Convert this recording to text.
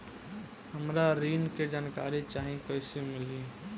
हमरा ऋण के जानकारी चाही कइसे मिली?